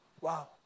wow